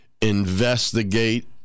investigate